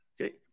Okay